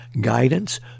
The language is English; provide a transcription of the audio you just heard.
guidance